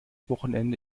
wochenende